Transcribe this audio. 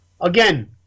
Again